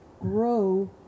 grow